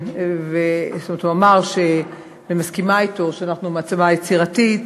ואני מסכימה אתו, שאנחנו מעצמה יצירתית,